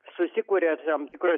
susikuria tam tikroj